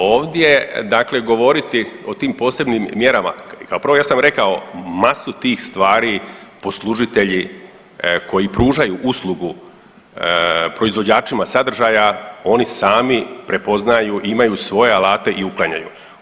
Ovdje dakle govoriti o tim posebnim mjerama, kao prvo ja sam rekao masu tih stvari poslužitelji koji pružaju uslugu proizvođačima sadržaja oni sami prepoznaju i imaju svoje alate i uklanjaju.